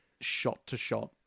shot-to-shot